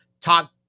talk